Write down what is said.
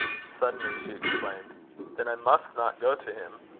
suddenly she exclaimed then i must not go to him,